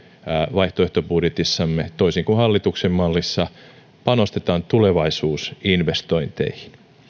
vaihtoehtobudjetissamme toisin kuin hallituksen mallissa panostetaan tulevaisuusinvestointeihin